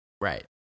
Right